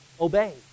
Obey